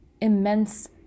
immense